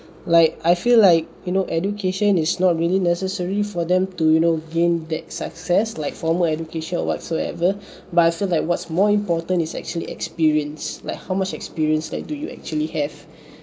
like I feel like you know education is not really necessary for them to you know gain that success like formal education or whatsoever but I feel like what's more important is actually experience like how much experience that do you actually have